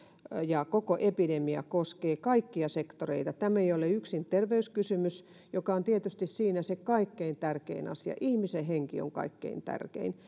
ja koko epidemia koskee kaikkia sektoreita tämä ei ole yksin terveyskysymys joka on tietysti siinä se kaikkein tärkein asia ihmisen henki on kaikkein tärkein